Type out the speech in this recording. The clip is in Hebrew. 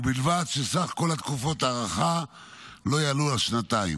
ובלבד שסך כל תקופות ההארכה לא יעלו על שנתיים.